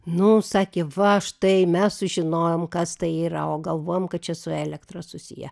nu sakė va štai mes sužinojom kas tai yra o galvojom kad čia su elektra susiję